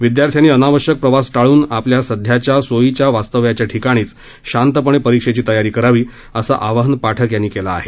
विदयार्थ्यांनी अनावश्यक प्रवास टाळून आपल्या सध्याच्या सोयीच्या वास्तव्याच्या ठिकाणीच शांतपणे परीक्षेची तयारी करावी असं आवाहन पाठक यांनी केलं आहे